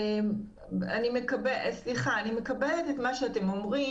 אני מקבלת את מה שאתם אומרים.